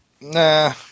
Nah